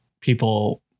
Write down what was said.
people